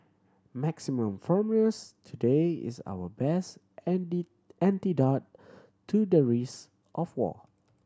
maximum firmness today is our best antidote to the risk of war